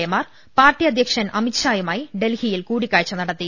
എമാർ പാർട്ടി അധ്യക്ഷൻ അമിത്ഷായുമായി ഡൽഹിയിൽ കൂടിക്കാഴ്ച നടത്തി